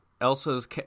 Elsa's